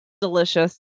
delicious